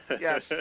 Yes